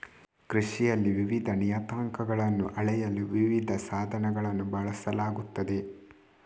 ಕೃಷಿಯಲ್ಲಿ ವಿವಿಧ ನಿಯತಾಂಕಗಳನ್ನು ಅಳೆಯಲು ವಿವಿಧ ಸಾಧನಗಳನ್ನು ಬಳಸಲಾಗುತ್ತದೆ